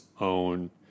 own